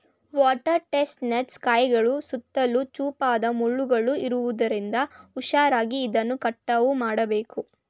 water chestnuts ಕಾಯಿಗಳ ಸುತ್ತಲೂ ಚೂಪಾದ ಮುಳ್ಳುಗಳು ಇರುವುದರಿಂದ ಹುಷಾರಾಗಿ ಇದನ್ನು ಕಟಾವು ಮಾಡಬೇಕು